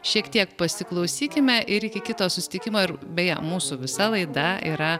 šiek tiek pasiklausykime ir iki kito susitikimo ir beje mūsų visa laida yra